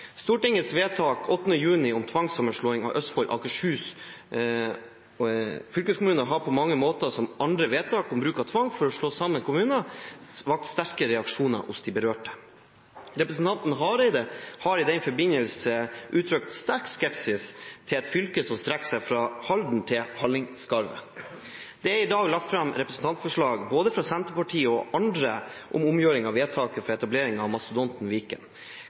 Stortingets vedtak 8. juni om tvangssammenslåing av Østfold og Akershus fylkeskommuner har på mange måter – som andre vedtak om bruk av tvang for å slå sammen kommuner – vakt sterke reaksjoner hos de berørte. Representanten Hareide har i denne forbindelse uttrykt sterk skepsis til et fylke som strekker seg fra Halden til Hallingskarvet. Det er i dag lagt fram representantforslag fra både Senterpartiet og andre om omgjøring av vedtaket om etablering av mastodonten Viken.